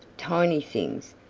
tiny things,